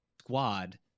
squad